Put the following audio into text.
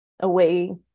away